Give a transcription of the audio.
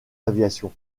aviation